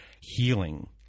healing